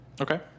Okay